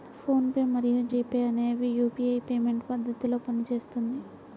phone pay మరియు GPay అనేవి UPI payment పద్ధతిలో పనిచేస్తుంది